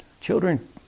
Children